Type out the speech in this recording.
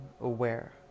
aware